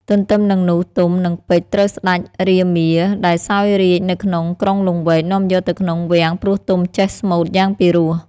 ទន្ទឹមនឹងនោះទុំ និងពេជ្រត្រូវសេ្តចរាមាដែលសោយរាជ្យនៅក្នុង ក្រុងលង្វែកនាំយកទៅក្នុងវាំងព្រោះទុំចេះស្មូត្រយ៉ាងពិរោះ។